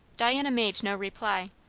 diana made no reply.